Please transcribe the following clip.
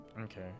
Okay